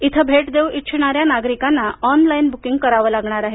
इथं भेट देऊ इच्छीणाऱ्या नागरिकांना ऑनलाईन बुकिंग करावं लागणार आहे